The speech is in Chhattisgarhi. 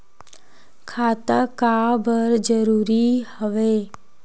खाता का बर जरूरी हवे?